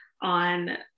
on